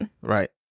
Right